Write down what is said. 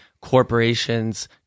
corporations